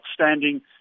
outstanding